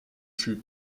fut